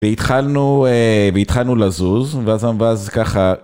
והתחלנו לזוז ואז ככה